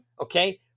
okay